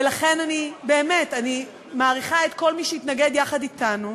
ולכן, באמת, אני מעריכה את כל מי שהתנגד יחד אתנו.